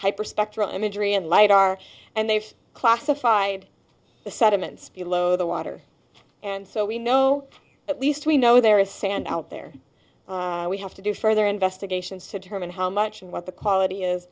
hyperspectral imagery and light are and they've classified the sediments below the water and so we know at least we know there is sand out there we have to do further investigations to determine how much and what the quality is